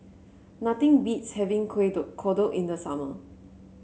nothing beats having kueh dok kodok in the summer